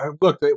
Look